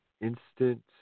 instant